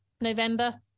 November